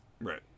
Right